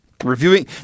Reviewing